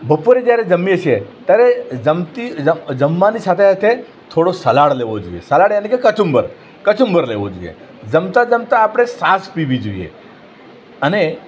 બપોરે જ્યારે જમીએ છીએ ત્યારે જમતી જમવાની સાથે સાથે થોડો સલાડ લેવો જોઈએ સલાડ યાની કે કચુંબર કચુંબર લેવો જોઈએ જમતાં જમતાં આપણે છાસ પીવી જોઈએ અને